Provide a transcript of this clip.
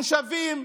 מושבים,